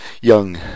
young